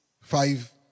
five